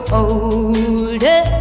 older